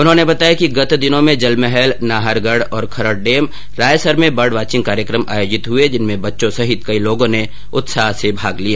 उन्होंने बताया कि गत दिनों में जलमहल नाहरगढ़ और खरड़ डेम रायसर में बर्ड वाचिंग कार्यक्रम आयोजित हए जिनमें बच्चों सहित कई लोगों ने उत्साह से भाग लिया